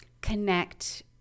connect